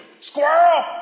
Squirrel